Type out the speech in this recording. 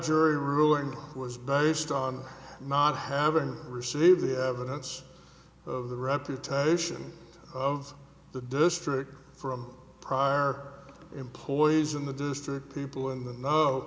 jury ruling was based on not having received the evidence of the reputation of the district from prior employees in the district people in the know